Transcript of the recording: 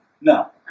No